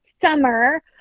summer